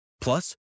Plus